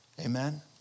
Amen